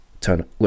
turn